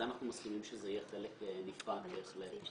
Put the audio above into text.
זה אנחנו מסכימים שזה יהיה חלק נפרד בהחלט.